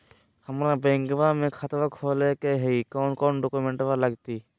हमरा बैंकवा मे खाता खोलाबे के हई कौन कौन डॉक्यूमेंटवा लगती?